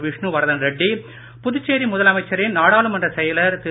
விஷ்ணு வரதன் ரெட்டி புதுச்சேரி முதல் அமைச்சரின் நாடாளுமன்ற செயலர் திரு